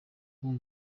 kuko